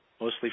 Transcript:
mostly